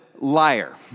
liar